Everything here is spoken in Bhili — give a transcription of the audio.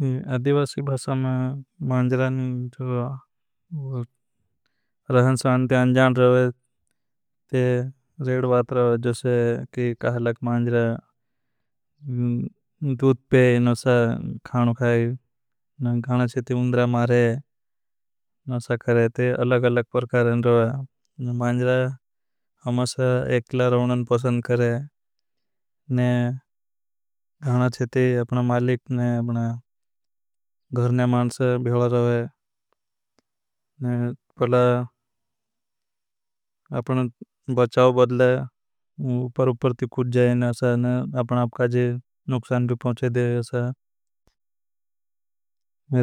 नी आदवासी भाषा में भासम मांजरा नी जो रहन। सान ते अन्जान रहा है। रेड़ बात रहा है जोसे की। काहलक मांजरा दूद पे नोसा। खानु खाई गाना चेते उंद्रा मारे नोसा करे अलग। अलग परकारन रहा है ने मांजरा भेला रहा है। पहला आपने बचाव बदले उपर उपर ती कुछ। जाएन है और आपका नुकसान भी पहुंचे देवा